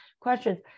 questions